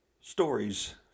Stories